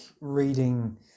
reading